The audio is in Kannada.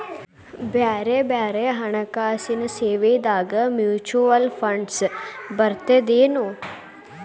ಬ್ಯಾರೆ ಬ್ಯಾರೆ ಹಣ್ಕಾಸಿನ್ ಸೇವಾದಾಗ ಮ್ಯುಚುವಲ್ ಫಂಡ್ಸ್ ಬರ್ತದೇನು?